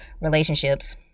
relationships